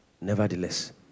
nevertheless